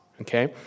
okay